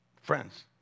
Friends